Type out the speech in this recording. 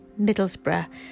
Middlesbrough